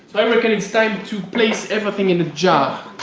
i reckon it's time to place everything in a jar.